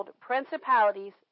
principalities